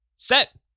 Set